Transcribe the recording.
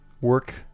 work